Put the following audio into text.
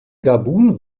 gabun